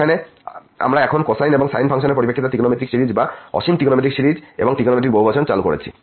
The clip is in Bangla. এখানে আমরা এখন কোসাইন এবং সাইন ফাংশনের পরিপ্রেক্ষিতে ত্রিকোণমিতিক সিরিজ বা অসীম ত্রিকোণমিতিক সিরিজ এবং ত্রিকোণমিতিক বহুবচন চালু করেছি